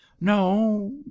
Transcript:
no